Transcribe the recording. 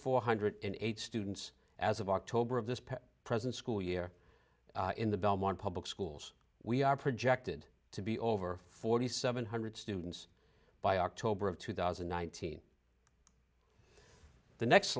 four hundred eight students as of october of this present school year in the belmont public schools we are projected to be over forty seven hundred students by october of two thousand and nineteen the next